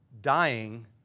dying